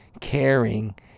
caring